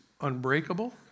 unbreakable